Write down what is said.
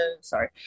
Sorry